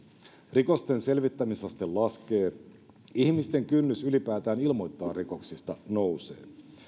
rikosten selvittämisaste laskee ihmisten kynnys ylipäätään ilmoittaa rikoksista nousee